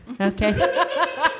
Okay